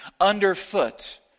underfoot